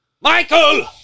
Michael